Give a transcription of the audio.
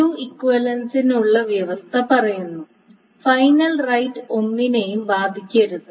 view ഇക്വിവലൻസിനുള്ള വ്യവസ്ഥ പറയുന്നു ഫൈനൽ റൈറ്റ് ഒന്നിനെയും ബാധിക്കരുത്